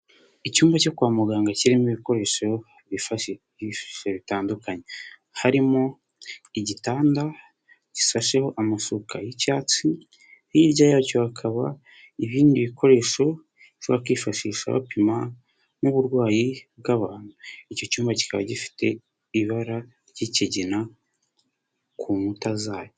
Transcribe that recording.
Icyumba cyo kwa muganga kirimo ibikoresho bifashisha bitandukanye. Harimo igitanda gisasheho amashuka y'icyatsi, hirya yacyo hakaba ibindi bikoresho bifashisha bapima nk'uburwayi bw'abantu. Icyo cyumba kikaba gifite ibara ry'ikigina ku nkuta zacyo.